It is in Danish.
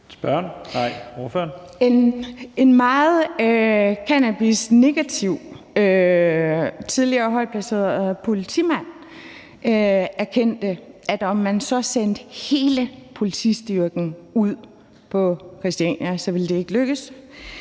En meget cannabisnegativ tidligere højt placeret politimand erkendte, at om man så sendte hele politistyrken ud på Christiania, ville det ikke lykkes.